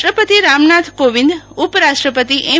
રાષ્ટ્રપતિ રામ નાથ કોવિંદ ઉપરાષ્ટ્રપતિ એમ